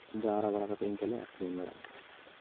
ᱡᱟᱣᱨᱟ ᱵᱟᱲᱟ ᱠᱟᱛᱮ ᱤᱱᱠᱟᱹ ᱞᱮ ᱟᱠᱷᱨᱤᱧ ᱵᱟᱲᱟᱭᱮᱫ ᱛᱟᱦᱮᱱᱟ